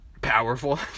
powerful